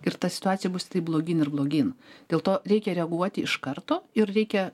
ir ta situacija bus taip blogyn ir blogyn dėl to reikia reaguoti iš karto ir reikia